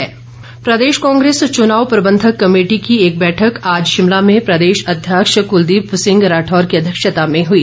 कांग्रेस बैठक प्रदेश कांग्रेस चुनाव प्रबंधक कमेटी की एक बैठक आज शिमला में प्रदेश अध्यक्ष कलदीप सिंह राठौर की अध्यक्षता में हुई